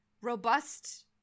robust